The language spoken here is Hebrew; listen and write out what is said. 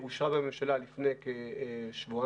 אושרה בממשלה לפני כשבועיים.